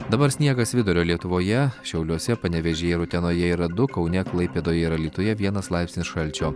dabar sniegas vidurio lietuvoje šiauliuose panevėžyje ir utenoje yra du kaune klaipėdoje ir alytuje vienas laipsnis šalčio